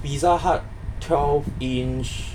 Pizza Hut twelve inch